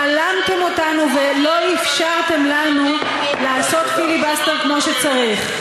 בלמתם אותנו ולא אפשרתם לנו לעשות פיליבסטר כמו שצריך.